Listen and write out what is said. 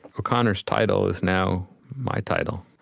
o'connor's title is now my title.